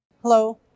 Hello